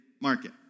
market